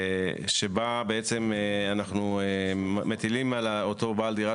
שבה אנחנו בעצם מטילים על אותו בעל דירה